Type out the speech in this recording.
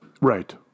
Right